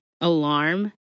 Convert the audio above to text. alarm